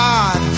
God